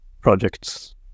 projects